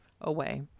away